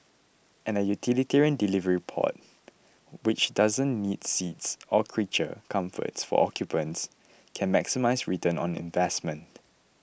and a utilitarian delivery pod which doesn't need seats or creature comforts for occupants can maximise return on investment